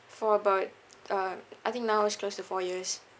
for about uh I think now is close to four years